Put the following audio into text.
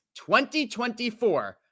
2024